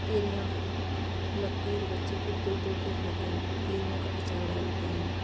केरियाँ लगती हैं तो बच्चे ख़ूब तोड़ तोड़ कर खाते हैं केरियों का आचार डालते हैं